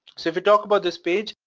so if we talk about this page,